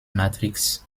matrix